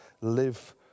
live